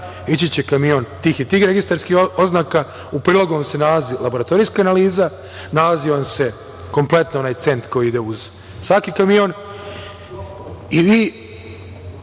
ići će kamion tih i tih registarskih oznaka, u prilogu vam se nalazi laboratorijska analiza, nalazi vam se kompletno cent koji ide uz svaki kamion i